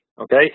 okay